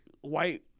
white